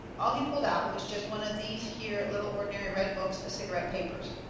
all he pulled out was jest one of these here little ordinary red books of cigarette papers.